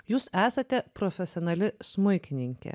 jūs esate profesionali smuikininkė